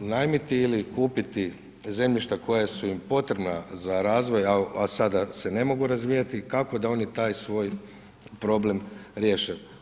unajmiti ili kupiti zemljišta koja su im potrebna za razvoj a sada se ne mogu razvijati, kako da oni taj svoj problem riješe.